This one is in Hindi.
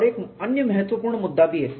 और एक अन्य महत्वपूर्ण मुद्दा भी है